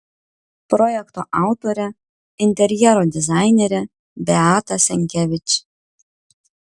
projekto autorė interjero dizainerė beata senkevič